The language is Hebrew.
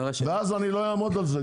ואז אני לא אעמוד על זה,